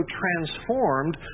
transformed